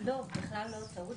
לא בכלל לא טעות,